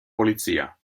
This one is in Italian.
polizia